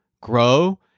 grow